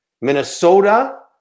Minnesota